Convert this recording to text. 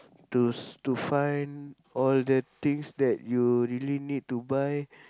to to find all the things that you really need to buy